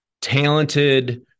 talented